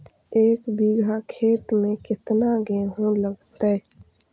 एक बिघा खेत में केतना गेहूं लगतै?